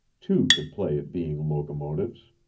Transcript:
two could play at being locomotives.